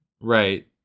Right